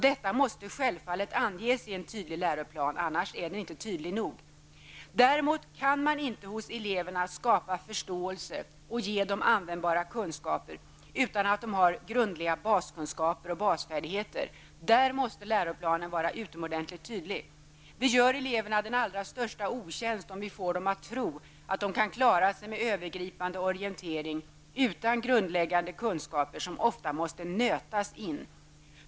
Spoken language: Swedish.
Detta måste självfallet anges i en tydlig läroplan -- annars är den inte tydlig nog. Men man kan inte skapa förståelse hos eleverna och ge dem användbara kunskaper om de inte har grundliga baskunskaper och basfärdigheter. Där måste läroplanen vara utomordentligt tydlig. Vi gör eleverna den allra största otjänst om vi får dem att tro att de kan klara sig med en övergripande orientering utan grundläggande kunskaper, som oftast måste nötas in.